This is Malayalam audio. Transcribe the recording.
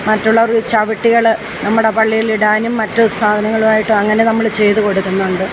മറ്റുള്ളവർക്ക് ചവിട്ടികൾ നമ്മുട പള്ളിയിൽ ഇടാനും മറ്റു സാധനങ്ങളുമായിട്ട് അങ്ങനെ നമ്മൾ ചെയ്തു കൊടുക്കുന്നുണ്ട്